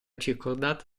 circondata